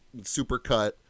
Supercut